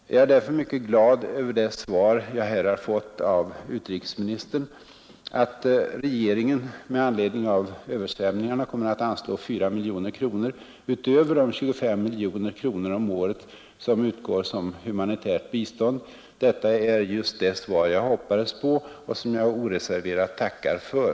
Jag är därför mycket glad över det svar jag här har fått av utrikesministern. Att regeringen med anledning av översvämningarna kommer att anslå 4 miljoner kronor utöver de 25 miljoner kronor om året som utgår som humanitärt bistånd, detta är just det svar jag hoppades på och som jag oreserverat tackar för.